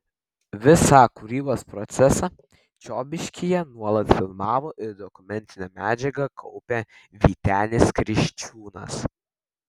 visą kūrybos procesą čiobiškyje nuolat filmavo ir dokumentinę medžiagą kaupė vytenis kriščiūnas